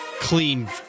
clean